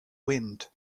wind